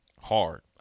Hard